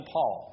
Paul